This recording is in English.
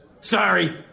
sorry